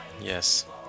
Yes